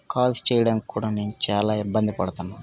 calls చేయడానికి కూడా నేను చాలా ఇబ్బంది పడుతున్నాను